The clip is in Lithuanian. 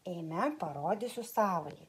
eime parodysiu savąjį